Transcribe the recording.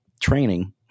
training